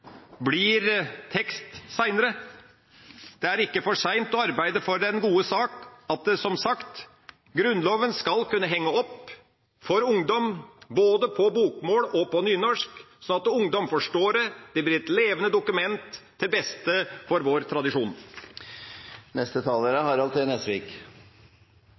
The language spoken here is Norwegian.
blir tekst seinere. Det er ikke for seint å arbeide for den gode sak, og som sagt: Grunnloven skal kunne «henge opp» for ungdom både på bokmål og på nynorsk, slik at ungdom forstår det, og at det blir et levende dokument til beste for vår tradisjon. Først av alt tror jeg dette er